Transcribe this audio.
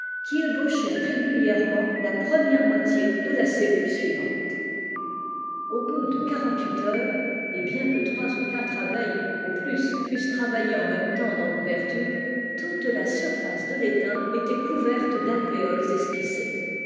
qui ébauchaient régulièrement la première moitié de la cellule suivante au bout de quarante-huit heures et bien que trois ou quatre abeilles au plus pussent travailler en même temps dans l'ouverture toute la surface de l'étain était couverte d'alvéoles esquissés ces